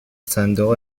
صندوق